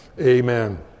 Amen